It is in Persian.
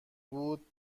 بود